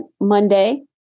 Monday